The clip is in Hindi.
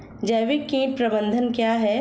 जैविक कीट प्रबंधन क्या है?